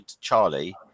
Charlie